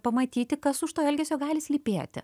pamatyti kas už to elgesio gali slypėti